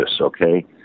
okay